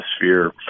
atmosphere